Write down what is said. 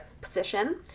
position